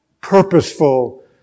purposeful